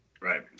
right